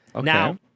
Now